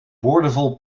boordevol